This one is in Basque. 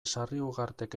sarriugartek